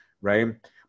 right